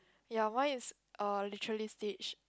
ya mine is uh literally stitched